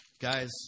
Guys